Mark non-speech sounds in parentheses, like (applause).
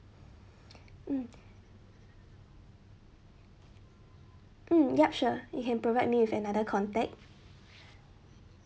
(noise) mm mm yup sure you can provide me with another contact